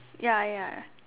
ya ya